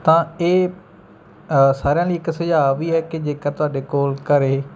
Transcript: ਤਾਂ ਇਹ ਸਾਰਿਆਂ ਲਈ ਇੱਕ ਸੁਝਾਅ ਵੀ ਹੈ ਕਿ ਜੇਕਰ ਤੁਹਾਡੇ ਕੋਲ ਘਰ